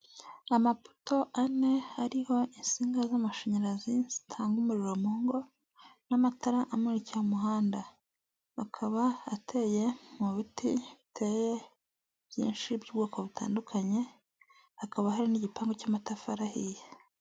Amapoto ane ariho insinga z'amashanyarazi zitanga umururiro mu ngo, n'amatara amurikira umuhanda, hakaba hateye mu biti biteye byinshi by'ubwoko butandukanye, hakaba hari n'igipangu cy'amatafari ahiye.